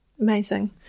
amazing